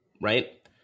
right